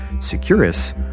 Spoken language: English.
Securus